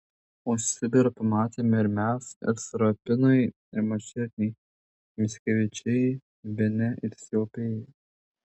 o sibirą pamatėme ir mes ir serapinai ir mačerniai mickevičiai bene ir striaupiai